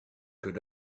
could